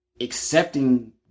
accepting